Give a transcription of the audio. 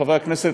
חברי הכנסת,